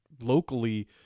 locally